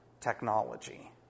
technology